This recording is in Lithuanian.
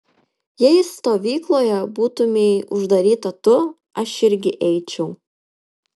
jei stovykloje būtumei uždaryta tu aš irgi eičiau